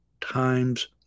times